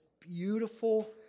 beautiful